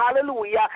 hallelujah